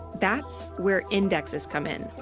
that's where indexes come in.